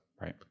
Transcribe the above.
right